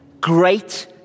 great